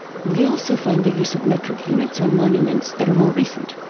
we also find the use of metric units on monuments that are more recent.